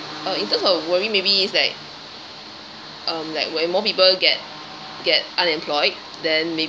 uh in terms of worry maybe it's like um like when more people get get unemployed then maybe